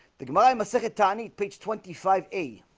the c'mon i'm a sec itani page twenty five a